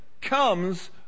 comes